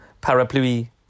Parapluie